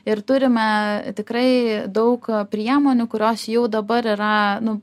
ir turime tikrai daug priemonių kurios jau dabar yra nu